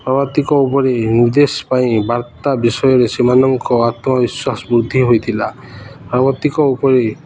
ପାର୍ବତିକ ଉପରେ ନିର୍ଦ୍ଦେଶ ପାଇଁ ବାର୍ତ୍ତା ବିଷୟରେ ସେମାନଙ୍କ ଆତ୍ମବିଶ୍ୱାସ ବୃଦ୍ଧି ହୋଇଥିଲା ପାର୍ବତୀଙ୍କ ଉପରେ